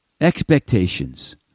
expectations